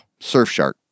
Surfshark